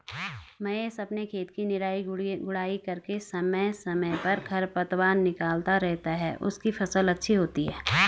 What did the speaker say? महेश अपने खेत की निराई गुड़ाई करके समय समय पर खरपतवार निकलता रहता है उसकी फसल अच्छी होती है